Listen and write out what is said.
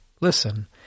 Listen